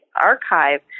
archive